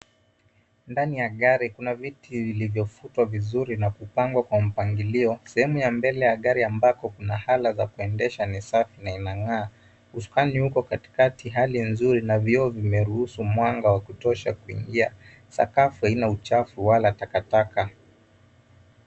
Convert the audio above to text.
Ndani ya gari, kuna viti vilivyofutwa vizuri na kupangwa kwa mpangilio. Sehemu ya mbele ya gari ambapo kuna ala za kuendesha ni safi na inang'aa. Usukani uko katikati na hali nzuri na vioo vimeruhusu mwanga wa kutosha kuingia. Sakafu haina uchafu wala takataka.